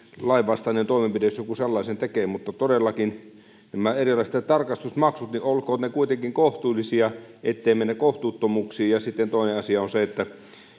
lainvastainen toimenpide jos joku sellaisen tekee mutta todellakin olkoot nämä erilaiset tarkastusmaksut kuitenkin kohtuullisia ettei mennä kohtuuttomuuksiin sitten toinen asia on se että